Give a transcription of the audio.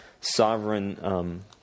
sovereign